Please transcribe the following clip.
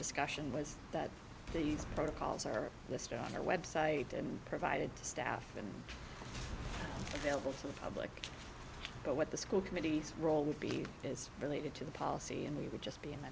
discussion was that these protocols are listed on the website and provided to staff and available to the public but what the school committees role would be is related to the policy and we would just be and